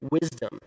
wisdom